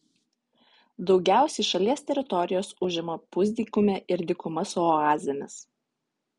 daugiausiai šalies teritorijos užima pusdykumė ir dykuma su oazėmis